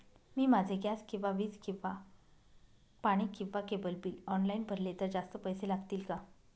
मी माझे गॅस किंवा वीज किंवा पाणी किंवा केबल बिल ऑनलाईन भरले तर जास्त पैसे लागतील का?